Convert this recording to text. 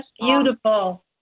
beautiful